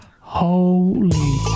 Holy